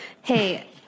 Hey